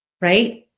right